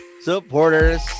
supporters